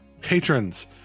patrons